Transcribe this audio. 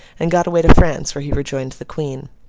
and got away to france, where he rejoined the queen.